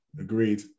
Agreed